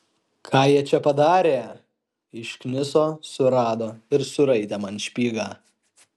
ką jie čia padarė iškniso surado ir suraitė man špygą